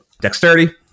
Dexterity